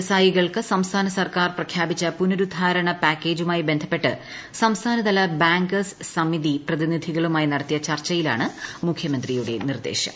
വ്യവസായികൾക്ക് സംസ്ഥാന സർക്കാർ പ്രഖ്യാപിച്ച പുനരുദ്ധാരണ പാക്കേജുമായി ബന്ധപ്പെട്ട് സംസ്ഥാനതല ബാങ്കേഴ്സ് സമിതി പ്രതിനിധികളുമായി നടത്തിയ ചർച്ചയിലാണ് മുഖ്യമന്ത്രിയുടെ നിർദ്ദേശം